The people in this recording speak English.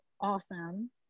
awesome